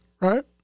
Right